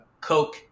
Coke